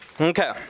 Okay